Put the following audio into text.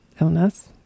illness